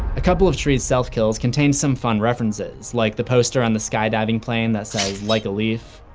a couple of tree's self kills contained some fun references, like the poster on the skydiving plane that says like a leaf.